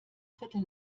viertel